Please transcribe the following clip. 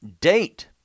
date